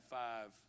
five